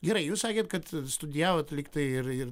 gerai jūs sakėt kad studijavot lyg tai ir ir